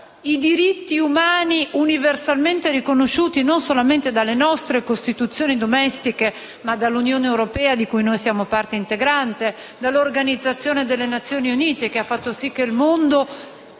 i diritti umani universalmente riconosciuti non soltanto dalle nostre Costituzioni domestiche, ma anche dell'Unione europea, di cui siamo parte integrante, e dall'Organizzazione delle Nazioni Unite, che ha fatto sì che il mondo